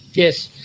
yes,